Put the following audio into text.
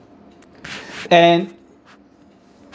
and